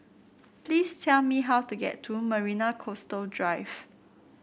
please tell me how to get to Marina Coastal Drive